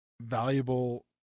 valuable